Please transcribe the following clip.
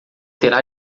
terá